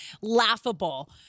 laughable